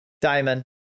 Diamond